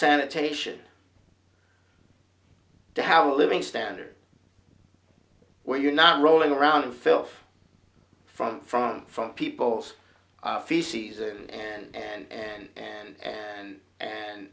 sanitation to have a living standard where you're not rolling around in filth from front from people's feces and and and and and and